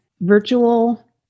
virtual